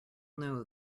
know